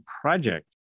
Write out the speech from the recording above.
Project